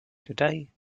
today